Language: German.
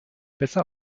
besser